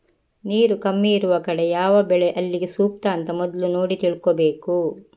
ನೀರು ಕಮ್ಮಿ ಇರುವ ಕಡೆ ಯಾವ ಬೆಳೆ ಅಲ್ಲಿಗೆ ಸೂಕ್ತ ಅಂತ ಮೊದ್ಲು ನೋಡಿ ತಿಳ್ಕೋಬೇಕು